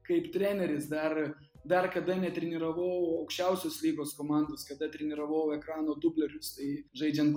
kaip treneris dar dar kada netreniravau aukščiausios lygos komandos kada treniravau ekrano dublerius tai žaidžiant